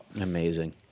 amazing